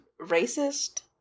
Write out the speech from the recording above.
racist